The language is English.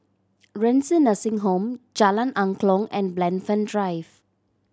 Renci Nursing Home Jalan Angklong and Blandford Drive